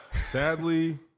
Sadly